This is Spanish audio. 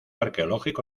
arqueológico